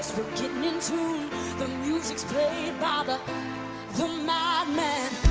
getting in tune the music's played by the the mad men